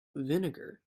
vinegar